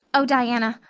oh, diana,